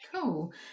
cool